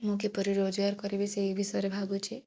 ମୁଁ କିପରି ରୋଜଗାର କରିବି ସେହି ବିଷୟରେ ଭାବୁଛି